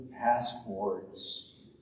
passports